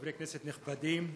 חברי כנסת נכבדים,